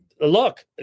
look